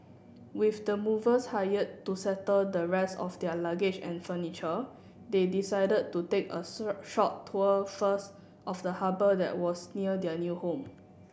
with the movers hired to settle the rest of their luggage and furniture they decided to take a short tour first of the harbour that was near their new home